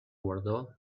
guardó